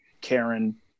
Karen